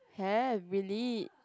have really